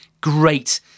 great